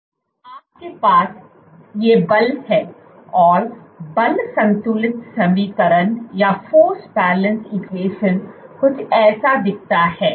आपके पास ये बल हैं और बल संतुलन समीकरण कुछ ऐसा दिखता है